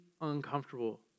uncomfortable